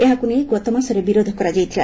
ଏହାକୁ ନେଇ ଗତମାସରେ ବିରୋଧ କରାଯାଇଥିଲା